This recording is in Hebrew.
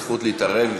זכות להתערב,